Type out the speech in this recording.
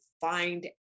find